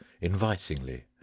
invitingly